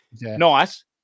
Nice